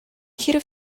хэрэв